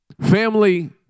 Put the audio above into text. family